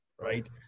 right